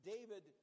David